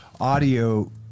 audio